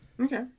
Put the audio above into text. Okay